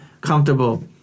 comfortable